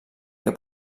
que